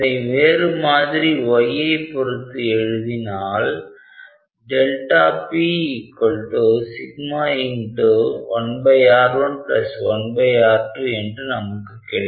இதை வேறு மாதிரி yஐ பொறுத்து எழுதினால் p σ 1R1 1R2 என்று நமக்கு கிடைக்கும்